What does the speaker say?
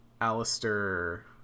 alistair